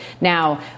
Now